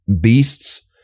beasts